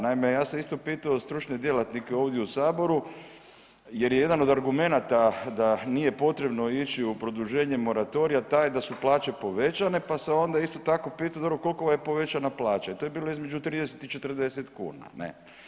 Naime, ja sam isto pitao stručne djelatnike ovdje u saboru jer je jedan od argumenata da nije potrebno ići u produženje moratorija taj da su plaće povećane pa se onda isto tako pitam, dobro koliko vam je povećana plaća i to je bilo između 30 i 40 kuna ne.